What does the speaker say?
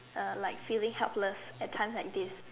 uh like feeling helpless at times like this